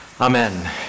Amen